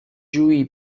جویی